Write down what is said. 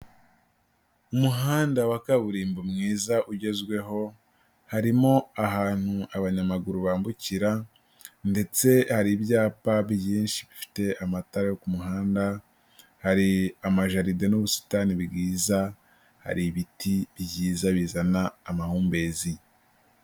Umuhanda wa kaburimbo mwiza ugezweho, harimo ahantu abanyamaguru bambukira ndetse hari ibyapa byinshi bifite amatara yo ku muhanda, hari amajaride n'ubusitani bwiza, hari ibiti byiza bizana amahumbezi.